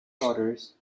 daughters